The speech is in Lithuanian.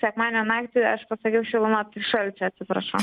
sekmadienio naktį aš pasakiau šilumos tai šalčio atsiprašau